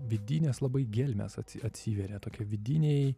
vidinės labai gelmės atsi atsiveria tokie vidiniai